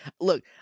Look